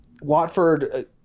Watford